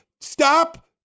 stop